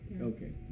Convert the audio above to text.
Okay